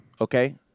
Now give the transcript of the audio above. Okay